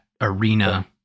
arena